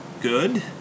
good